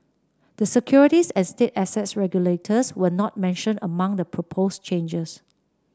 the securities and state assets regulators were not mentioned among the proposed changes